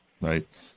right